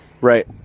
Right